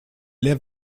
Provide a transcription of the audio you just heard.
lève